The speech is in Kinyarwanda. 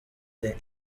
the